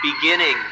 beginning